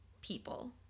people